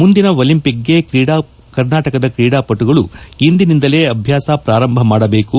ಮುಂದಿನ ಒಲಂಪಿಕ್ಗೆ ಕರ್ನಾಟಕದ ತ್ರೀಡಾಪಟುಗಳು ಇಂದಿನಿಂದಲೇ ಅಭ್ಯಾಸ ಪ್ರಾರಂಭ ಮಾಡಬೇಕು